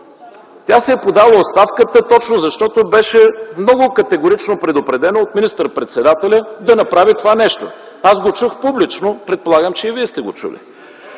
Тя си е подала оставката точно, защото беше много категорично предупредена от министър-председателя да направи това нещо. Аз го чух публично, предполагам че и Вие сте го чули.